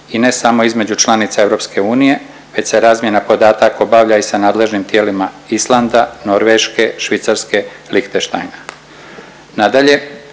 i ne samo između članica EU već se razmjena podataka obavlja i sa nadležnim tijelima Islanda, Norveške, Švicarske, Lihtenštajna.